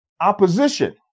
opposition